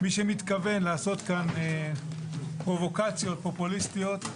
מי שמתכוון לעשות כאן פרובוקציות פופוליסטיות,